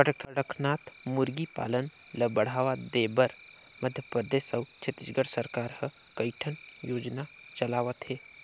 कड़कनाथ मुरगी पालन ल बढ़ावा देबर मध्य परदेस अउ छत्तीसगढ़ सरकार ह कइठन योजना चलावत हे